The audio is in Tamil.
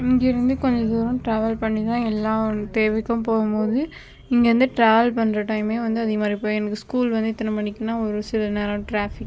இங்கேயிருந்து கொஞ்சம் தூரம் டிராவல் பண்ணி தான் எல்லாம் தேவைக்கும் போகும்போது இங்கேருந்து டிராவல் பண்ற டைம் வந்து அதிகமாயிருக்கு இப்போ எனக்கு ஸ்கூல் வந்து எத்தனை மணிக்குனா ஒரு சில நேரம் டிராஃபிக்